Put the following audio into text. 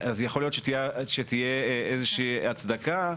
אבל בלי נתונים כאלה יהיה קשה להסביר למה מבחינים.